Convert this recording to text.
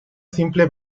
simple